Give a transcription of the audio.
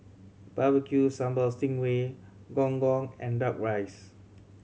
Barbecue Sambal sting ray Gong Gong and Duck Rice